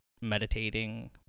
meditating